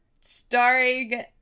starring